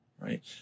right